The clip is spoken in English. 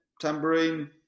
tambourine